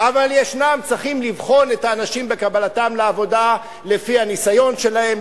אבל צריך לבחון את האנשים בקבלתם לעבודה לפי הניסיון שלהם,